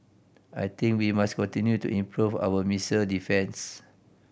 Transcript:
I think we must continue to improve our missile defence